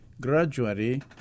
gradually